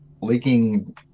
leaking